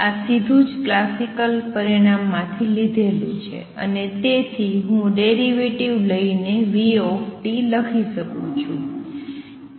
આ સીધુ જ ક્લાસિકલ પરિણામ માથી લીધેલું છે અને તેથી હું ડેરીવેટિવ લઈને vt લખી શકું છું